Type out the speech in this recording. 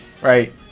Right